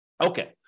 Okay